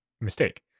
mistake